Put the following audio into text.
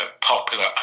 popular